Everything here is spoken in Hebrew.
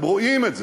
הם רואים את זה.